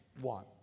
one